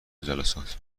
جلسات